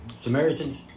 Samaritans